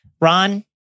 Ron